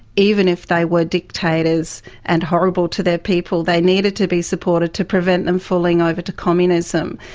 even if they were dictators and horrible to their people, they needed to be supported to prevent them falling over to communism.